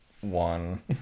One